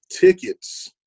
tickets